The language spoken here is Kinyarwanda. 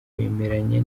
bemeranya